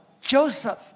Joseph